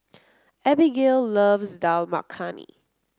Abigayle loves Dal Makhani